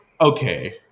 okay